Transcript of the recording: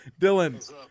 Dylan